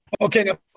Okay